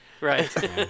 Right